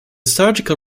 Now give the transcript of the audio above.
surgical